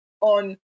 on